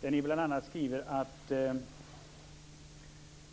Där skriver ni bl.a.: